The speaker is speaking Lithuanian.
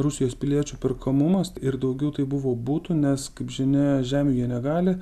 rusijos piliečių perkamumas ir daugiau tai buvo būtų nes kaip žinia žemių jie negali